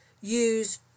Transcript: use